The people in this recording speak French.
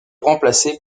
remplacé